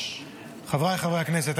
חבריי חברי הכנסת,